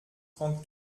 trente